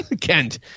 kent